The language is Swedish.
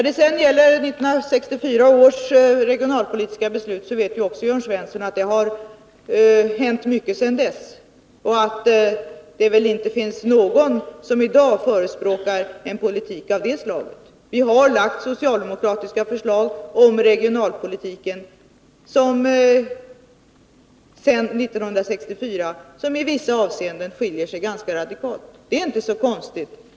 Beträffande 1964 års regionalpolitiska beslut vill jag säga att det har hänt mycket sedan dess — också det vet Jörn Svensson. Det torde i dag inte finnas någon som förespråkar en politik enbart av det slaget. Socialdemokraterna har sedan 1964 lagt fram förslag om regionalpolitiken som i vissa avseenden skiljer sig ganska radikalt från 1964 års beslut. Det är inte så konstigt.